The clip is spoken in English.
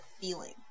feeling